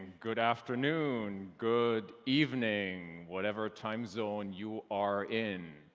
good afternoon, good evening, whatever time zone you are in.